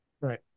Right